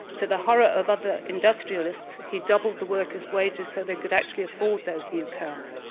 to the horror of other industrialists he doubled the worker's wages so they could actually afford those new cars.